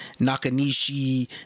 Nakanishi